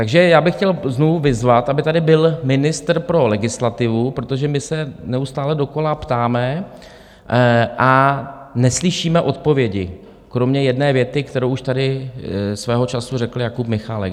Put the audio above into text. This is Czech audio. Takže já bych chtěl znovu vyzvat, aby tady byl ministr pro legislativu, protože my se neustále dokola ptáme a neslyšíme odpovědi kromě jedné věty, kterou už tady svého času řekl Jakub Michálek.